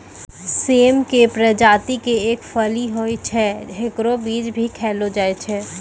सेम के प्रजाति के एक फली होय छै, हेकरो बीज भी खैलो जाय छै